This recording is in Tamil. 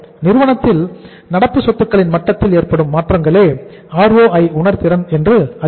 நிறுவனத்தில் நடப்பு சொத்துக்களின் மட்டத்தில் ஏற்படும் மாற்றங்களே ROI உணர்திறன் என்று அறியப்படும்